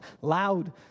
loud